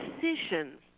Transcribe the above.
decision